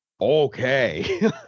okay